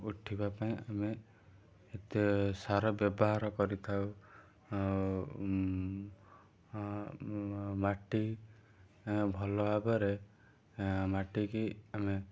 ଉଠିବା ପାଇଁ ଆମେ ସାର ବ୍ୟବହାର କରିଥାଉ ଆଉ ମାଟି ଭଲ ଭାବରେ ମାଟି କି ଆମେ